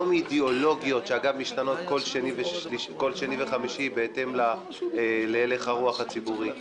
לא מאידאולוגיות שאגב משתנות כל שני וחמישי בהתאם להלך הרוח הציבורי.